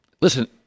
Listen